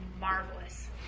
marvelous